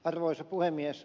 arvoisa puhemies